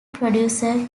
producer